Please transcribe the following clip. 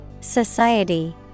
Society